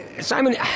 Simon